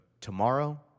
tomorrow